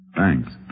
Thanks